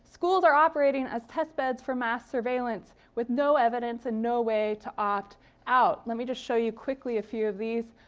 schools are operating as test beds for mass surveillance with no evidence of and no way to opt out. let me just show you quickly a few of these.